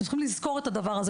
אתם צריכים לזכור את הדבר הזה.